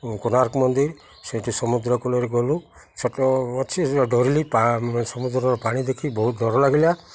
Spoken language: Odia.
କୋଣାର୍କ ମନ୍ଦିର ସେଇଠି ସମୁଦ୍ର କୂଳରେ ଗଲୁ ଡରିଲି ସମୁଦ୍ରର ପାଣି ଦେଖି ବହୁତ ଡର ଲାଗିଲା